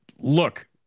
Look